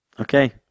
Okay